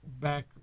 back